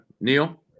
Neil